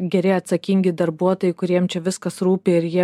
geri atsakingi darbuotojai kuriem čia viskas rūpi ir jie